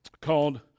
called